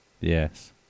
Yes